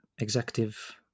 executive